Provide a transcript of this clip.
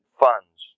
funds